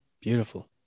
Beautiful